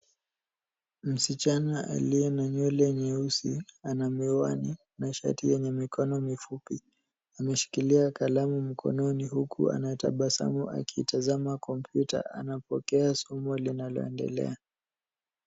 Msichana aliye na nywele nyeusi ana miwani na shati yenye mikono mifupi. Ameshikilia kalamu mkononi huku anatabasamu akitazama kompyuta. Anapokea somo linaloendelea.